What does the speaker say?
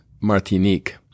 Martinique